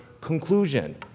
conclusion